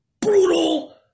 brutal